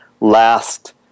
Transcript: last